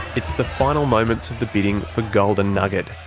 it's the final moments of the bidding for golden nugget.